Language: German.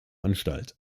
anstalt